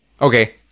okay